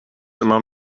immer